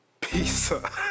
Pizza